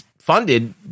funded